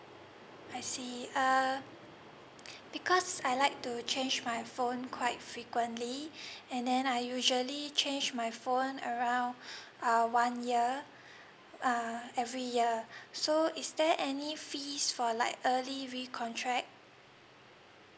I see uh because I like to change my phone quite frequently and then I usually change my phone around uh one year uh every year so is there any fees for like early recontract